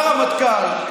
לרמטכ"ל,